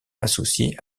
associé